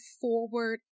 forward